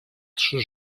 trzy